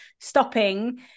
stopping